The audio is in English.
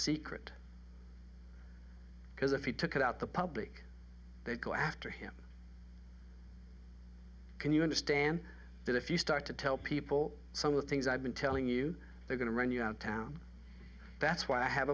secret because if he took it out the public they'd go after him can you understand that if you start to tell people some of the things i've been telling you they're going to run you down that's why i have